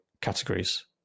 categories